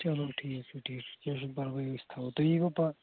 چلو ٹھیٖک چھُ ٹھیٖک چھُ کیٚنٛہہ چھُنہٕ پَرواے أسۍ تھاوَو تُہۍ یِیِوا پا